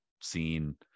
seen